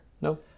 No